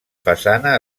façana